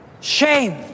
Shame